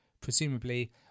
presumably